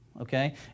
okay